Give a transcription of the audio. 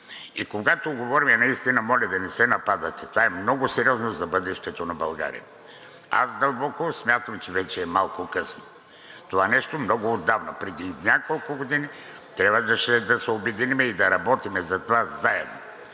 И когато говорим, моля Ви, не се нападайте. Това е много сериозно за бъдещето на България. Аз дълбоко смятам, че вече е малко късно – това нещо много отдавна, преди няколко години, трябваше да се обединим и да работим за това заедно.